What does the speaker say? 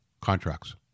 contracts